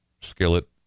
skillet